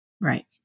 Right